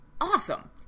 awesome